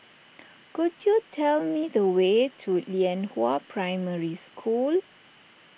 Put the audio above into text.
could you tell me the way to Lianhua Primary School